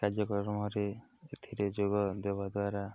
କାର୍ଯ୍ୟକ୍ରମରେ ଏଥିରେ ଯୋଗ ଦେବା ଦ୍ୱାରା